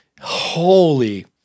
Holy